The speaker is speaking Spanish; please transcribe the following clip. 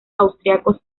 austríacos